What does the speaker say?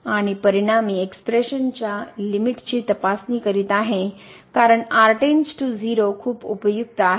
आणि परिणामी एक्सप्रेशन च्या लिमिट ची तपासणी करीत आहे कारण r → 0 खूप उपयुक्त आहे